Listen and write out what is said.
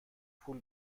پول